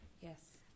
Yes